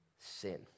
Sin